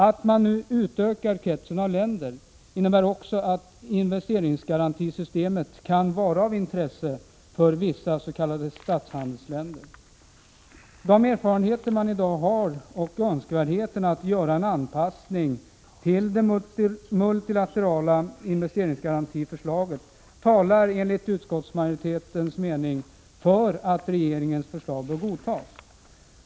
Att man nu utökar kretsen av länder innebär också att investeringsgarantisystemet kan vara av intresse för vissa s.k. statshandelsländer. Hittillsvarande erfarenheter och önskvärdheten att göra en anpassning till det multilaterala investeringsgarantisystemet talar enligt utskottsmajoritetens mening för att regeringens förslag bör godtas.